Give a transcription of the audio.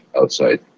outside